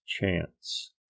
chance